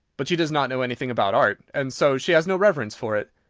but she does not know anything about art, and so she has no reverence for it.